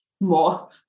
more